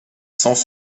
sans